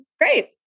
Great